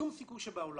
שום סיכוי שבעולם.